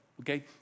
Okay